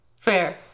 Fair